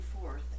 forth